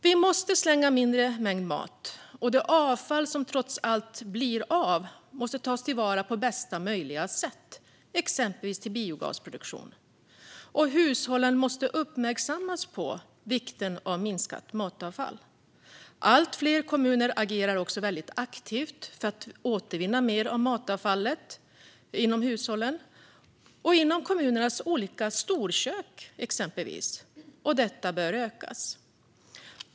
Vi måste slänga mindre mängder mat, och det avfall som trots allt blir måste tas till vara på bästa möjliga sätt, exempelvis genom biogasproduktion. Hushållen måste uppmärksammas på vikten av att minska matavfallet. Allt fler kommuner agerar aktivt för att återvinna mer matavfall, både inom hushållen och inom kommunens olika storkök. Detta bör öka.